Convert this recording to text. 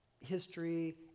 history